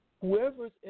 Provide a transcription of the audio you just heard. whoever's